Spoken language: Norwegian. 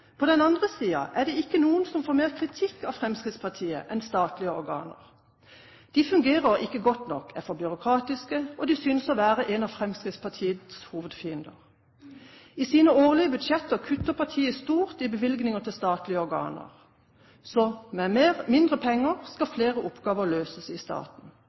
På den andre siden er det ikke noen som får mer kritikk av Fremskrittspartiet enn statlige organer. De fungerer ikke godt nok, de er for byråkratiske – og de synes å være en av Fremskrittspartiets hovedfiender. I sine årlige budsjetter kutter partiet stort i bevilgninger til statlige organer. Så: med mindre penger skal flere oppgaver løses i staten.